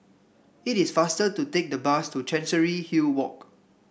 it is faster to take the bus to Chancery Hill Walk